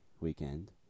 weekend